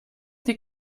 des